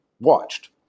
watched